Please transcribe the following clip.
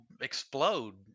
explode